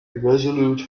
irresolute